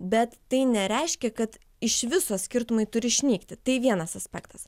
bet tai nereiškia kad iš viso skirtumai turi išnykti tai vienas aspektas